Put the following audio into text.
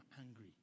angry